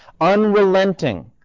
unrelenting